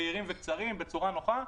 בהירים וקצרים בשיטה נוחה.